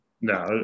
No